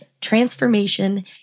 transformation